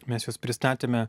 mes juos pristatėme